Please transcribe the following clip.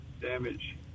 damage